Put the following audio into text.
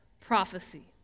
prophecy